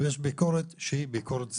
ויש ביקורת שהיא ביקורת סדורה.